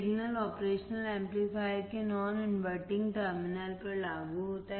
signal operation amplifier के non inverting terminal पर लागू होता है